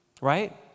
right